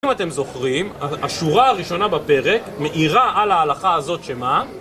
אם אתם זוכרים, השורה הראשונה בפרק מעירה על ההלכה הזאת שמה?